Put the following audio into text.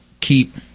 keep